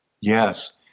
Yes